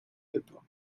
hippo